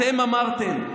אתם אמרתם,